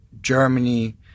Germany